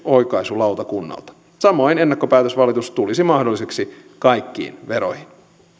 oikaisulautakunnalta samoin ennakkopäätösvalitus tulisi mahdolliseksi kaikkiin veroihin